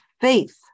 faith